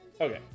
Okay